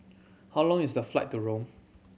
how long is the flight to Rome